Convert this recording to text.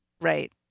right